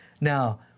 Now